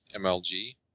MLG